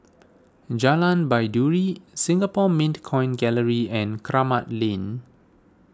Jalan Baiduri Singapore Mint Coin Gallery and Kramat Lane